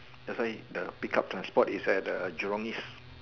that's why the pick up transport is at the Jurong East